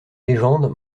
légendes